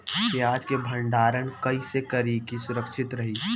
प्याज के भंडारण कइसे करी की सुरक्षित रही?